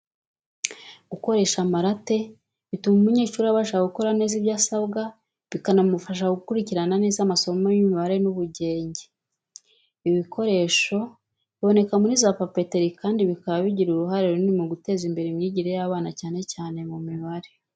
Gukoresha amarate bituma umunyeshuri abasha gukora neza ibyo asabwa, bikanamufasha gukurikirana neza amasomo y’imibare n’ubugenge. Ibi bikoresho biboneka muri za papeteri kandi bikaba bigira uruhare runini mu guteza imbere imyigire y’abana cyane cyane mu mibare.